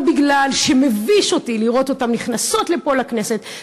לא בגלל שמביש אותי לראות אותן נכנסות לפה לכנסת,